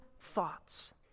thoughts